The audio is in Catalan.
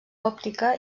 òptica